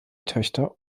töchter